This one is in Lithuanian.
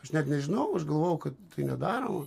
aš net nežinau aš galvojau ka tai nedaroma